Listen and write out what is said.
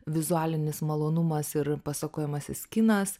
vizualinis malonumas ir pasakojamasis kinas